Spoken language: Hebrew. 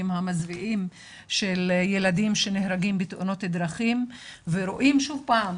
המזוויעים של ילדים שנהרגים בתאונות דרכים ורואים שוב פעם